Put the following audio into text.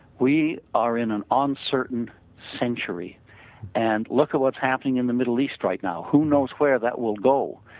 we are in an uncertain century and look at what's happening in the middle east right now, who knows where that will go.